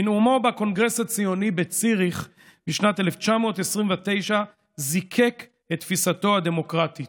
בנאומו בקונגרס הציוני בציריך בשנת 1929 זיקק את תפיסתו הדמוקרטית,